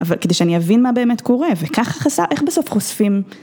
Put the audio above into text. אבל כדי שאני אבין מה באמת קורה, וכך חסר איך בסוף חושפים.